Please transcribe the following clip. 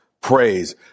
praise